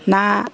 ना